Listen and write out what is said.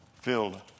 filled